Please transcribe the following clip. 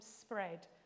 spread